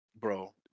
bro